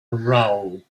rao